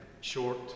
short